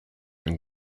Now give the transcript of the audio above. and